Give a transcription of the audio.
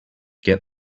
get